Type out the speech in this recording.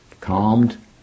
calmed